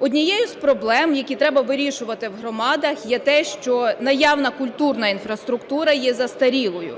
Однією з проблем, які треба вирішувати в громадах, є те, що наявна культурна інфраструктура є застарілою.